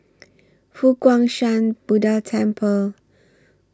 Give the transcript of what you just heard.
Fo Guang Shan Buddha Temple